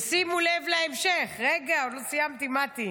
ושימו לב להמשך, רגע, עוד לא סיימתי, מטי: